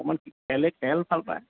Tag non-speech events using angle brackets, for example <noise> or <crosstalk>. অকণমান <unintelligible> খেল ভাল পায়